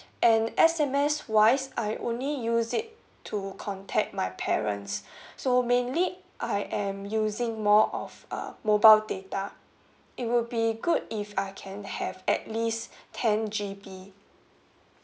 and S_M_S wise I only use it to contact my parents so mainly I am using more of uh mobile data it will be good if I can have at least ten G_B